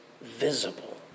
visible